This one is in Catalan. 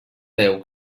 veu